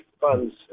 funds